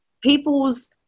people's